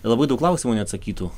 labai daug klausimų neatsakytų